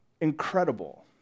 incredible